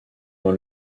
dans